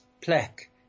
plaque